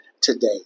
today